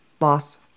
loss